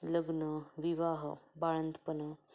लग्न विवाह बाळंतपणं